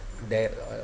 there uh